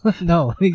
No